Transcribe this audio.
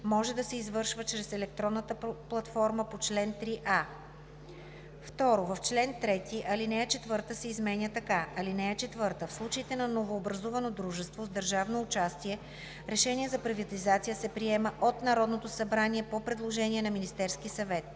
може да се извършва чрез електронната платформа по чл. 3а.“ 2. В чл. 3, ал. 4 се изменя така: „(4) В случаите на новообразувано дружество с държавно участие решение за приватизация се приема от Народното събрание по предложение на Министерския съвет.